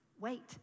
Wait